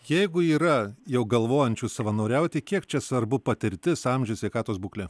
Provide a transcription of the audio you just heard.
jeigu yra jau galvojančių savanoriauti kiek čia svarbu patirtis amžius sveikatos būklė